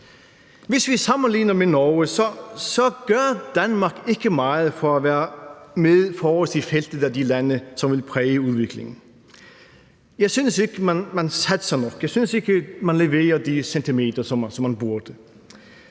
Hvis vi sammenligner med Norge, så gør Danmark ikke meget for at være med forrest i feltet af de lande, som vil præge udviklingen. Jeg synes ikke, at man satser nok. Jeg synes ikke, at man leverer de centimeter, som man burde.